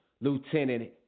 Lieutenant